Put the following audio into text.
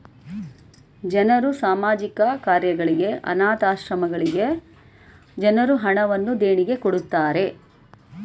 ಜನರು ಸಾಮಾಜಿಕ ಕಾರ್ಯಗಳಿಗೆ, ಅನಾಥ ಆಶ್ರಮಗಳಿಗೆ ಜನರು ಹಣವನ್ನು ದೇಣಿಗೆ ಕೊಡುತ್ತಾರೆ